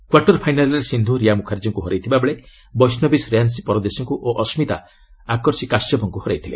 quarter ଫାଇନାଲ୍ରେ ସିନ୍ଧୁ ରିୟା ମୁଖାର୍ଜୀଙ୍କୁ ହରାଇଥିବା ବେଳେ ବୈଷ୍ଣବୀ ଶ୍ରୀୟାଂଶୀ ପରଦେଶୀଙ୍କୁ ଓ ଅସ୍କିତା ଆକର୍ଷି କାଶ୍ୟପଙ୍କୁ ହରାଇଥିଲେ